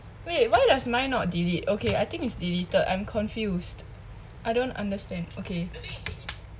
wait why does mine not delete okay I think is deleted I am confused I don't understand okay